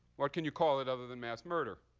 what can you call it other than mass murder?